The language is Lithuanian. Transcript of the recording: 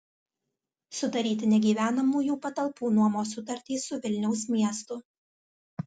sudaryti negyvenamųjų patalpų nuomos sutartį su vilniaus miestu